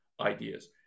ideas